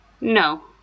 no